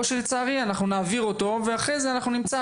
או שלצערי אנחנו נעביר אותו ואחרי זה אנחנו נמצא,